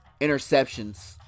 interceptions